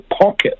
pocket